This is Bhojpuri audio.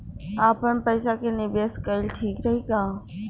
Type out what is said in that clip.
आपनपईसा के निवेस कईल ठीक रही का?